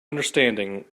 understanding